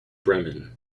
bremen